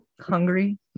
Hungry